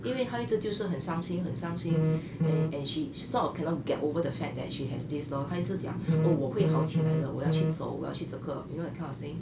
因为她一直就是很伤心很伤心:yin wei ta yi zhi jiu shihen shang xin hen shang xin and she sort of cannot get over the fact that she has this lor 她一直讲 oh 我会好起来的我要去走我要去这个 you know that kind of thing